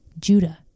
Judah